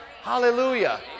Hallelujah